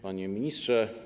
Panie Ministrze!